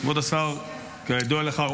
כבוד השר, כידוע לך,